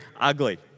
ugly